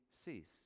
cease